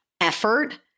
effort